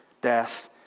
death